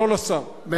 לא לשר,